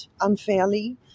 unfairly